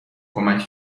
کمک